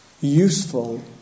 useful